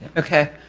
okay.